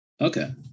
Okay